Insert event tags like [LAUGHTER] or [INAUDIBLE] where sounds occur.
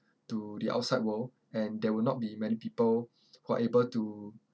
[BREATH] to the outside world and there will not be many people [BREATH] who are able to